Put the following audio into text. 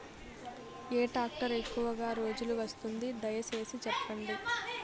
ఏ tractor ఎక్కువగా రోజులు వస్తుంది, దయసేసి చెప్పండి?